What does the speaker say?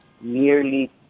nearly